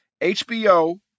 HBO